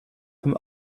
vom